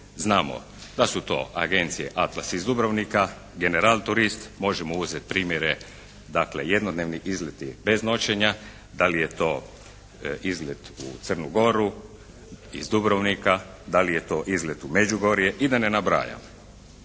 Znamo da su to agencije Atlas iz Dubrovnika, Generalturist, možemo uzeti primjere dakle jednodnevni izleti bez noćenja, da li je to izlet u Crnu Goru iz Dubrovnika, da li je to izlet u Međugorje i da ne nabrajam.